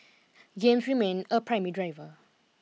games remain a primary driver